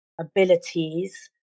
abilities